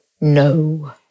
No